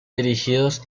dirigidos